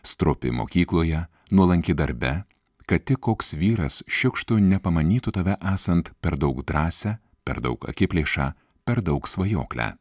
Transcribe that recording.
stropi mokykloje nuolanki darbe kad tik koks vyras šiukštu nepamanytų tave esant per daug drąsią per daug akiplėšą per daug svajoklę